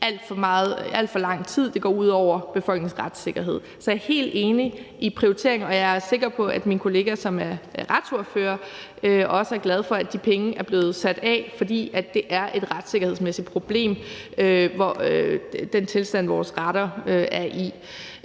alt for lang tid, og det går ud over befolkningens retssikkerhed. Så jeg er helt enig i prioriteringen, og jeg er sikker på, at min kollega, som er retsordfører, også er glad for, at de penge er blevet sat af, for det er et retssikkerhedsmæssigt problem med den tilstand, vores retter er i.